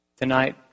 Tonight